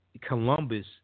Columbus